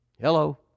Hello